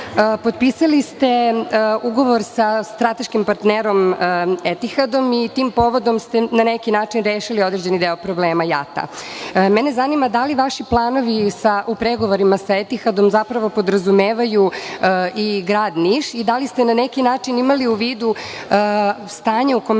ste ugovor sa strateškim partnerom Etihadom i tim povodom ste na neki način rešili određeni deo problema JAT-a. Mene zanima da li vaši planovi u pregovorima sa Etihadom zapravo podrazumevaju i grad Niš i da li ste na neki način imali u vidu stanje u kome